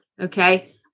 Okay